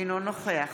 אינו נוכח